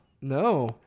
No